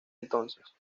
entonces